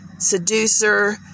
seducer